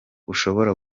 ushobora